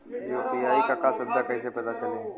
UPI क सुविधा कैसे पता चली?